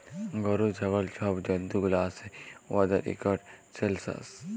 গরু, ছাগল ছব জল্তুগুলা আসে উয়াদের ইকট সেলসাস